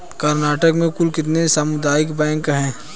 कर्नाटक में कुल कितने सामुदायिक बैंक है